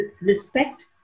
respect